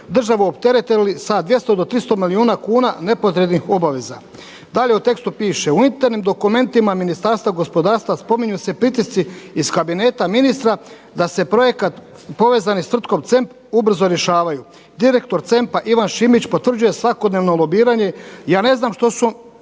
državu opteretili sa 200 do 300 milijuna kuna nepotrebnih obaveza. Dalje u tekstu piše, u unutarnjim dokumentima ministarstva gospodarstva spominju se pritisci iz kabineta ministra da se projekat povezani sa tvrtkom CEMP ubrzo rješavaju. Direktor CEMP-a Ivan Šimić potvrđuje svakodnevno lobiranje i ja ne znam što su